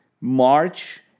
March